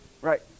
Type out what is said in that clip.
right